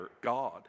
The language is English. God